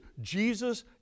Jesus